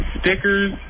stickers